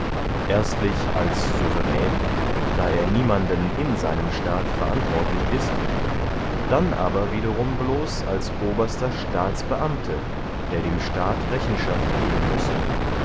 erstlich als souverän da er niemanden in seinem staat verantwortlich ist dann aber wiederum bloß als oberster staatsbeamte der dem staat rechenschaft geben müsse